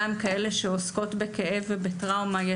גם כאלה שעוסקות בכאב ובטראומה,